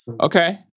Okay